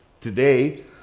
today